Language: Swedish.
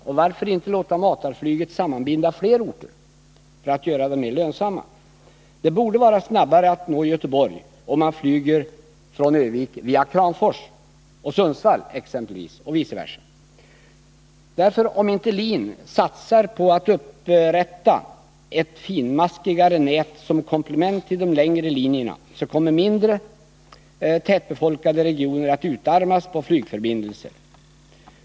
Och varför inte låta matarflyget sammanbinda fler orter för att göra linjerna mer lönsamma? Det borde gå snabbare att nå Göteborg om man flyger från Örnsköldsvik via Kramfors och Sundsvall exempelvis och vice versa. Om därför Linjeflyg inte satsar på att upprätta ett finmaskigare nät som komplement till de längre linjerna, så kommer mindre tätbefolkade regioner att utarmas på flygförbindelser.